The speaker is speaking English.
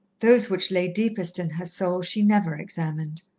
those which lay deepest in her soul, she never examined.